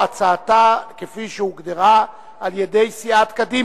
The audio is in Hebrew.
הודעתה של מזכירת הכנסת נאמרה.